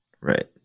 Right